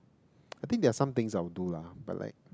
I think there are some things I would do lah but like